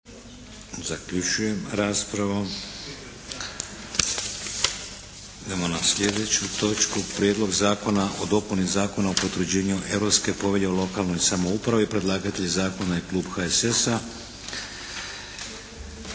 Vladimir (HDZ)** Idemo na sljedeću točku. - Prijedlog zakona o dopuni Zakona o potvrđivanju Europske povelje o lokalnoj samoupravi – predlagatelj Klub zastupnika HSS-a,